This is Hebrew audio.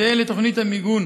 זהה לתוכנית המיגון